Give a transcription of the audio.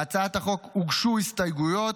להצעת החוק הוגשו הסתייגויות.